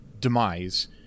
demise